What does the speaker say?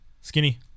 Skinny